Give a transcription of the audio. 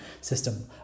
system